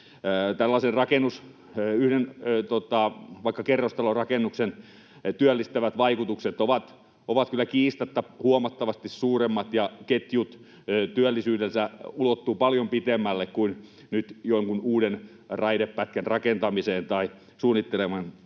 Tällaisen rakennuksen, vaikka yhden kerrostalorakennuksen, työllistävät vaikutukset ovat kyllä kiistatta huomattavasti suuremmat ja ketjut työllisyydessä ulottuvat paljon pidemmälle kuin nyt jonkun uuden raidepätkän rakentamiseen tai suunnittelemiseen